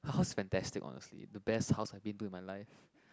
her house is fantastic honestly the best house I've been to in my life